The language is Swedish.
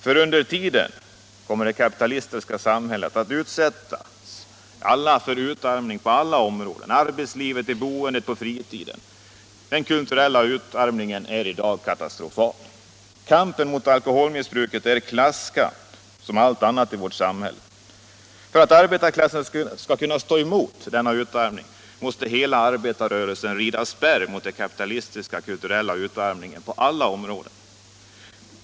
För under tiden kommer det kapitalistiska samhället att utsätta alla för utarmning på alla områden, arbetslivet, boendet, fritiden. Den kulturella utarmningen är i dag katastrofal. Kampen mot alkoholmissbruk är klasskamp, som allt annat i vårt samhälle. För att arbetarklassen skall kunna stå emot denna utarmning måste hela arbetarrörelsen rida spärr mot den kapitalistiska kulturella utarmningen på alla områden.